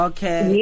Okay